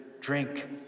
drink